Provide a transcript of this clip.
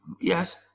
Yes